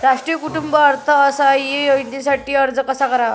राष्ट्रीय कुटुंब अर्थसहाय्य योजनेसाठी अर्ज कसा करावा?